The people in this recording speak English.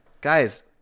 guys